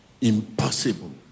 impossible